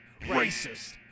racist